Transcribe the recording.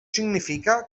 significa